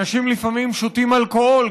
אנשים לפעמים שותים אלכוהול,